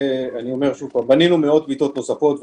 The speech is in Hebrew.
בנינו מאות מיטות נוספים,